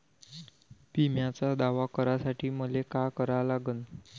बिम्याचा दावा करा साठी मले का करा लागन?